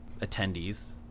attendees